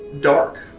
dark